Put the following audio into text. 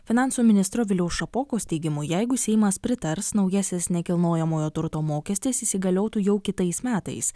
finansų ministro viliaus šapokos teigimu jeigu seimas pritars naujasis nekilnojamojo turto mokestis įsigaliotų jau kitais metais